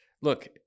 look